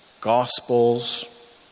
Gospels